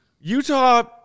Utah